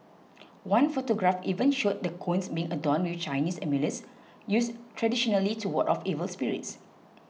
one photograph even showed the cones being adorn with Chinese amulets used traditionally to ward off evil spirits